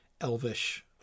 elvish